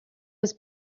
was